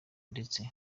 ndetse